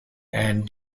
and